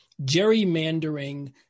gerrymandering